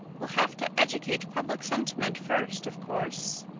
we'll have to educate public sentiment first, of course.